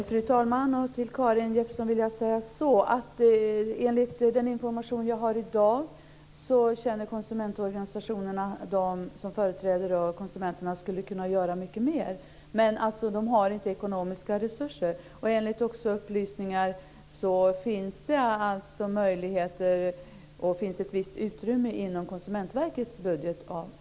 Fru talman! Till Karin Jeppsson vill jag säga att enligt den information som jag har i dag känner konsumentorganisationerna som företräder konsumenterna att de skulle kunna göra mycket mer. Men de har inte ekonomiska resurser. Enligt upplysningar finns det ett visst utrymme inom Konsumentverkets budget.